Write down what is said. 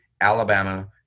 alabama